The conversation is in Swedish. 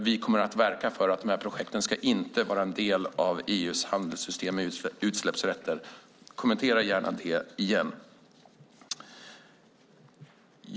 Vi kommer att verka för att projekten inte ska vara en del av EU:s handelssystem med utsläppsrätter. Kommentera gärna det igen.